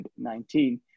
COVID-19